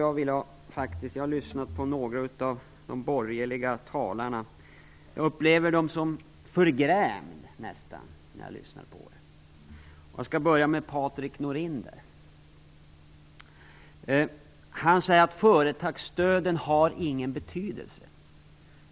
Jag har lyssnat på några av de borgerliga talarna, och jag upplever dem som nästan förgrämda. Jag skall börja med det som Patrik Norinder tog upp. Han sade att företagsstöden inte har någon betydelse.